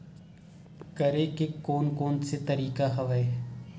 करे के कोन कोन से तरीका हवय?